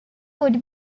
would